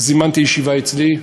זימנתי ישיבה אצלי,